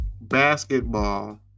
basketball